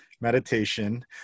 meditation